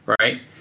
right